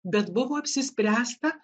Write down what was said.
bet buvo apsispręsta